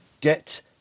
get